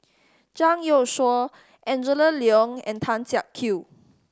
Zhang Youshuo Angela Liong and Tan Siak Kew